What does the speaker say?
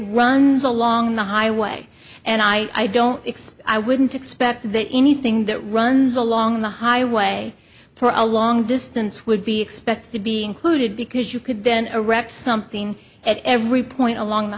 runs along the highway and i don't expect i wouldn't expect that anything that runs along the highway for a long distance would be expected to be included because you could then erect something at every point along the